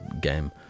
game